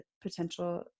potential